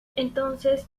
entonces